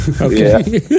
Okay